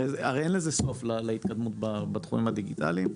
הרי אין לזה סוף להתקדמות בתחומים הדיגיטליים.